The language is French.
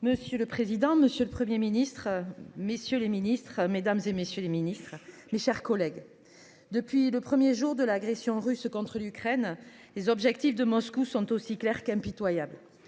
Monsieur le président, monsieur le Premier ministre, messieurs les ministres, mes chers collègues, depuis le premier jour de l’agression russe contre l’Ukraine, les objectifs de Moscou sont aussi clairs qu’impitoyables